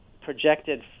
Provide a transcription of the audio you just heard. projected